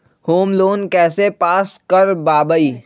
Home loan pass पास कर बाबई?